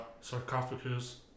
sarcophagus